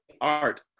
art